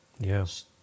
Yes